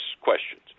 questions